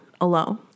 alone